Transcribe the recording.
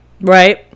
Right